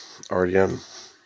RDM